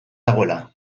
dagoela